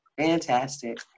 Fantastic